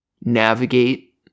navigate